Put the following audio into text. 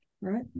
right